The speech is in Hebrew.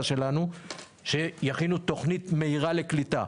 שלנו שיכינו תוכנית מהירה לקליטה.